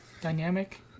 dynamic